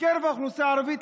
בקרב האוכלוסייה הערבית,